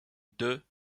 deux